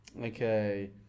okay